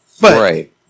right